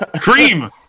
Cream